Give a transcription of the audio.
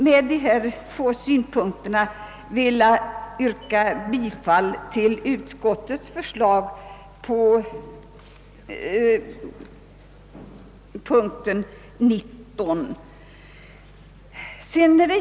Med dessa ord ber jag att få yrka bifall till utskottets hemställan vid punkten 19.